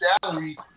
salary